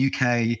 UK